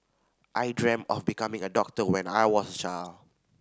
I dreamt of becoming a doctor when I was a child